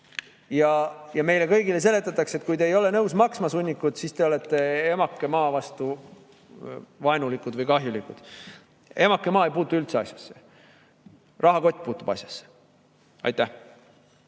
Ja meile kõigile seletatakse, et kui te ei ole nõus maksma, sunnikud, siis te olete emakese maa vastu vaenulikud või kahjulikud. Emake maa ei puutu üldse asjasse. Rahakott puutub asjasse. Siim